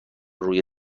روی